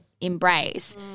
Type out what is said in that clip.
embrace